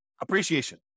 appreciation